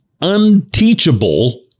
unteachable